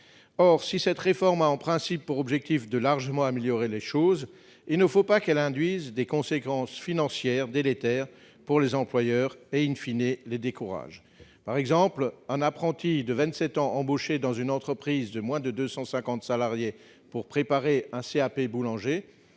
Or, si cette réforme a, en principe, pour objectif d'améliorer largement le dispositif, il ne faut pas qu'elle induise des conséquences financières délétères pour les employeurs, ce qui les découragerait. Par exemple, le coût global d'un apprenti de 27 ans embauché dans une entreprise de moins de 250 salariés pour préparer un CAP boulanger,